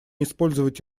использовать